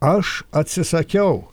aš atsisakiau